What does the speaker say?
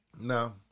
No